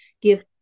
give